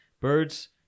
birds